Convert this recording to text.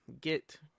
get